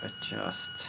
adjust